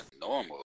normal